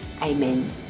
Amen